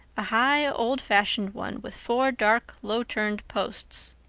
a high, old-fashioned one, with four dark, low-turned posts.